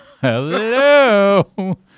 Hello